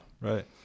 Right